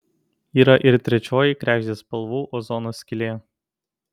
yra ir trečioji kregždės spalvų ozono skylė